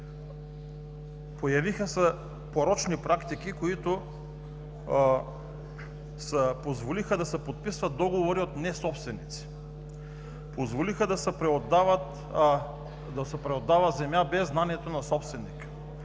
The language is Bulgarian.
Появиха се порочни практики, които позволиха да се подписват договори от несобственици, позволиха да се преотдава земя без знанието на собственика,